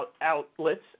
outlets